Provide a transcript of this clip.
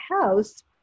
house